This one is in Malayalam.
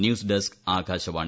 news desk Akashvani